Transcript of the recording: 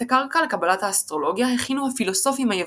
את הקרקע לקבלת האסטרולוגיה הכינו הפילוסופים היווניים.